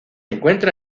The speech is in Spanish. encuentra